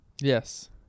Yes